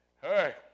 hey